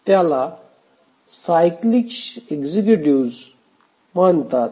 त्याला cyclic executive म्हणतात